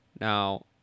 Now